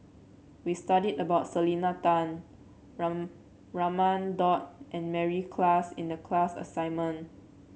we studied about Selena Tan Raman Daud and Mary Klass in the class assignment